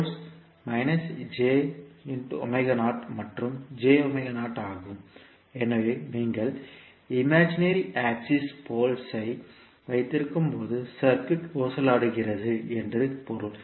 poles மற்றும் ஆகும் எனவே நீங்கள் இமேஜனரி ஆக்சிஸ் போல்ஸ் ஐ வைத்திருக்கும்போது சர்க்யூட் ஊசலாடுகிறது என்று பொருள்